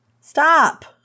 stop